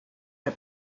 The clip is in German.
der